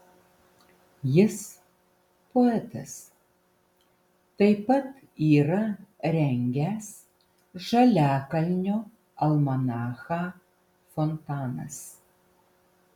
jis poetas taip pat yra rengęs žaliakalnio almanachą fontanas